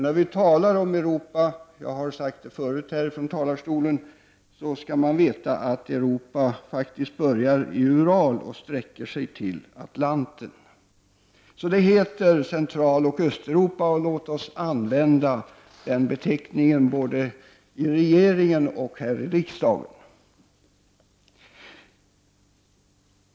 När man talar om Europa, jag har sagt det förut här från talarstolen, skall man komma ihåg att Europa faktiskt börjar i Ural och sträcker sig till Atlanten. Det heter Centraloch Östeuropa. Låt oss använda den beteckningen både i regeringen och här i riksdagen.